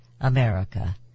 America